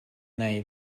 wnei